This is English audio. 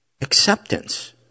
acceptance